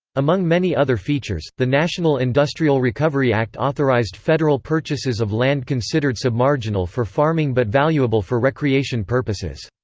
among many other features, the national industrial recovery act authorized federal purchases of land considered submarginal for farming but valuable for recreation purposes.